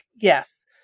yes